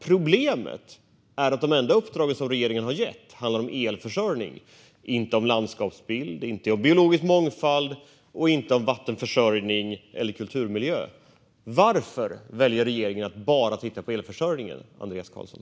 Problemet är att de enda uppdrag regeringen har gett handlar om elförsörjning - inte om landskapsbild, biologisk mångfald, vattenförsörjning eller kulturmiljö. Varför väljer regeringen att bara titta på elförsörjningen, Andreas Carlson?